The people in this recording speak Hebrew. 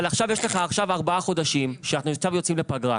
עכשיו יש לך ארבעה חודשים שאנחנו יוצאים לפגרה,